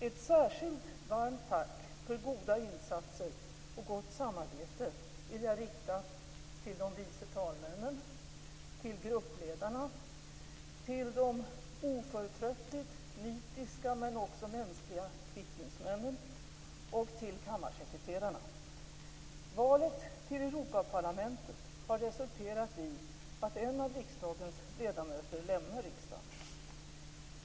Ett särskilt varmt tack för goda insatser och gott samarbete vill jag rikta till de vice talmännen, till gruppledarna, till de oförtröttligt nitiska men också mänskliga kvittningsmännen och till kammarsekreterarna. Valet till Europaparlamentet har resulterat i att en av riksdagens ledamöter lämnar riksdagen.